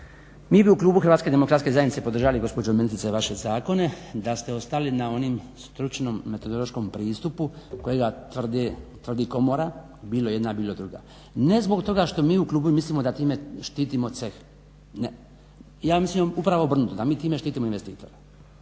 mi bi u klubu Hrvatske demokratske zajednice podržali gospođo ministrice vaše zakone da ste ostali na onim stručno-metodološkom pristupu kojega tvrdi komora bilo jedna, bilo druga ne zbog toga što mi u klubu mislimo da time štitimo ceh. Ne, ja mislim upravo obrnuto da mi time štitimo investitore.